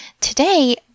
Today